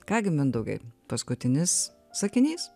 ką gi mindaugai paskutinis sakinys